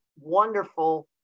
wonderful